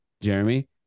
Jeremy